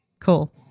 Cool